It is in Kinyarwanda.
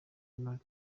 donald